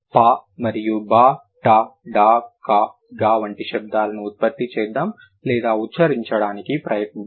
ప మరియు బ ట డ క గ వంటి శబ్దాలను ఉత్పత్తి చేద్దాం లేదా ఉచ్చరించడానికి ప్రయత్నిద్దాం